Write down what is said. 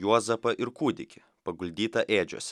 juozapą ir kūdikį paguldytą ėdžiose